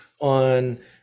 on